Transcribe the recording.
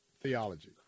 theology